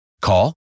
Call